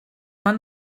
man